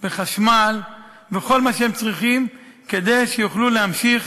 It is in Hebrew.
וחשמל וכל מה שהם צריכים כדי שיוכלו להמשיך